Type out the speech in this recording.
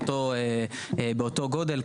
באותו גודל.